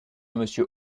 monsieur